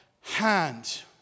hand